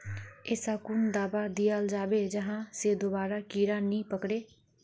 ऐसा कुन दाबा दियाल जाबे जहा से दोबारा कीड़ा नी पकड़े?